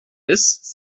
ist